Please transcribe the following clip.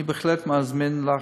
אני בהחלט מזמין לחץ.